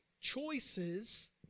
choices